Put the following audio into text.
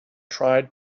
tried